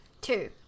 Two